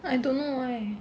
I don't know why